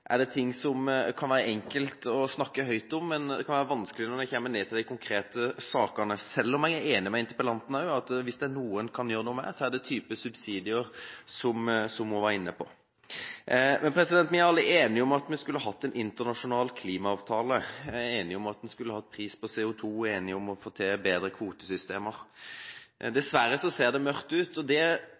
er det ting som kan være enkelt å snakke høyt om, men det kan være vanskelig når en kommer ned til de konkrete sakene, selv om jeg er enig med interpellanten i at hvis det er noe en kan gjøre noe med, er det den type subsidier som hun var inne på. Vi er alle enige om at vi skulle hatt en internasjonal klimaavtale, vi er enige om at en skulle hatt pris på CO2, vi er enige om å få til bedre kvotesystemer. Dessverre ser det mørkt ut, og det